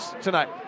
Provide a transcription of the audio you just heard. tonight